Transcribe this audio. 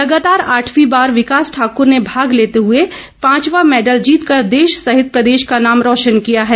लगातार आठवीं बार विकास ठाकुर ने भाग लेते हुए पांचवा मैडल जीतकर देश सहित प्रदेश का नाम रोशन किया है